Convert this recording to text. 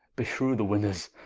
beshrew the winners,